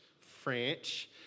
French